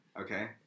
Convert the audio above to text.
Okay